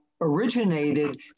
originated